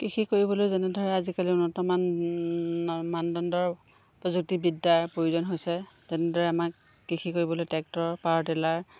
কৃষি কৰিবলৈ যেনে ধৰা আজিকালি উন্নতমান মানদণ্ডৰ প্ৰযুক্তি বিদ্যাৰ প্ৰয়োজন হৈছে যেনেদৰে আমাক কৃষি কৰিবলৈ ট্ৰেক্টৰ পাৱাৰ টিলাৰ